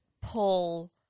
pull